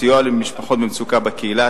סיוע למשפחות במצוקה בקהילה,